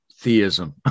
Theism